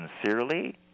sincerely